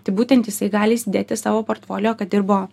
tai būtent jisai gali įsidėti į savo porfolio kad dirbo